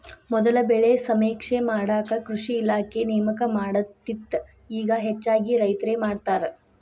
ಮೊದಲ ಬೆಳೆ ಸಮೇಕ್ಷೆ ಮಾಡಾಕ ಕೃಷಿ ಇಲಾಖೆ ನೇಮಕ ಮಾಡತ್ತಿತ್ತ ಇಗಾ ಹೆಚ್ಚಾಗಿ ರೈತ್ರ ಮಾಡತಾರ